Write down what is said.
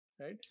right